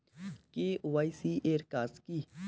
KYC এর কাজ কি?